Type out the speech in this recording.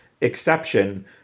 exception